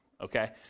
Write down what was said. okay